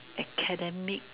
academic